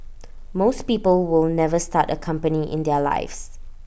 most people will never start A company in their lives